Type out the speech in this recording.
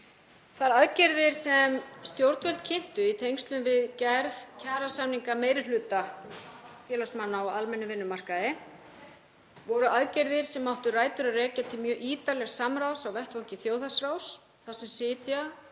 Þær aðgerðir sem stjórnvöld kynntu í tengslum við gerð kjarasamninga meiri hluta félagsmanna á almennum vinnumarkaði voru aðgerðir sem áttu rætur að rekja til mjög ítarlegs samráðs á vettvangi Þjóðhagsráðs þar sem sitja